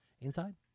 Inside